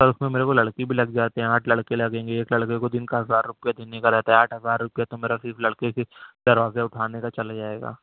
سر اس میں میرے کو لڑکے بھی لگ جاتے ہیں آٹھ لڑکے لگیں گے ایک لڑکے کو دن کا ہزار روپیہ دینے کا رہتا ہے آٹھ ہزار روپیہ تو میرا صرف لڑکے کے دروازے اٹھانے کا چلا جائے گا